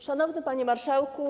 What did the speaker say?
Szanowny Panie Marszałku!